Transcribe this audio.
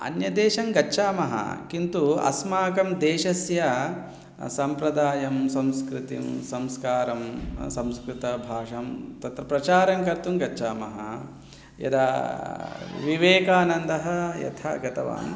अन्यदेशं गच्छामः किन्तु अस्माकं देशस्य सम्प्रदायं संस्कृतिं संस्कारं संस्कृतभाषां तत्र प्रचारं कर्तुं गच्छामः यदा विवेकानन्दः यथा गतवान्